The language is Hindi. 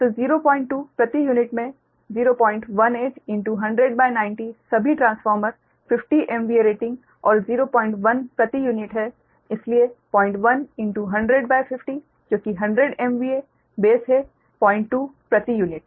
तो 02 प्रति यूनिट में 01810090 सभी ट्रांसफार्मर 50 MVA रेटिंग और 010 प्रति यूनिट हैं इसलिए 0110050 क्योंकि 100 MVA बेस है 020 प्रति यूनिट